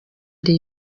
ari